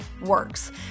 works